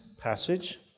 passage